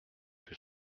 que